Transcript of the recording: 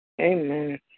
Amen